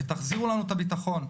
ותחזיר לנו את הביטחון.